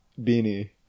beanie